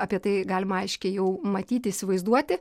apie tai galima aiškiai jau matyti įsivaizduoti